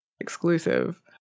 exclusive